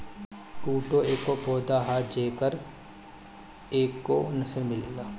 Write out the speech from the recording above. कुटू एगो पौधा ह जेकर कएगो नसल मिलेला